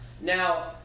Now